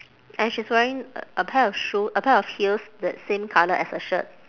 and she's wearing a pair of shoe a pair of heels that same colour as her shirt